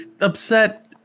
upset